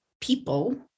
people